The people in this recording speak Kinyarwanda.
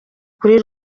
kuri